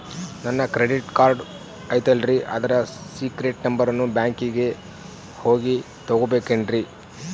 ನನ್ನ credit card ಐತಲ್ರೇ ಅದರ ಸೇಕ್ರೇಟ್ ನಂಬರನ್ನು ಬ್ಯಾಂಕಿಗೆ ಹೋಗಿ ತಗೋಬೇಕಿನ್ರಿ?